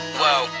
whoa